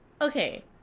Okay